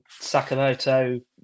Sakamoto